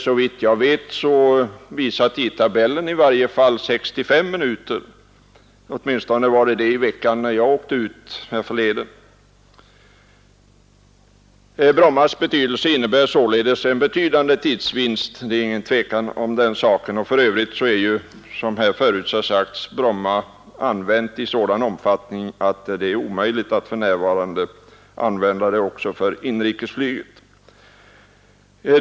Såvitt jag vet visar tidtabellen 65 minuter — åtminstone tog det den tiden när jag åkte ut härförleden. Bromma innebär således en betydande tidsvinst, det är inget tvivel om den saken, och för övrigt är som här förut sagts Arlanda använt i sådan omfattning att det är omöjligt att för närvarande använda det även för inrikesflyget.